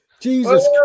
Jesus